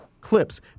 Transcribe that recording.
clips